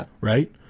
right